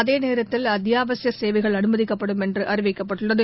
அதேநேரத்தில் அத்தியாவசியசேவைகள் அனுமதிக்கப்படும் என்றுஅறிவிக்கப்பட்டுள்ளது